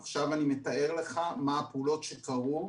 עכשיו אני מתאר לך מה הפעולות שקרו.